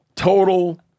Total